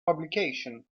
publication